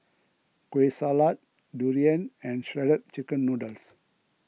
Kueh Salat Durian and Shredded Chicken Noodles